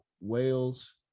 Wales